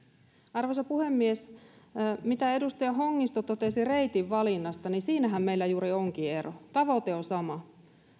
arvoisa puhemies siinähän mitä edustaja hongisto totesi reitin valinnasta meillä juuri onkin ero tavoite on sama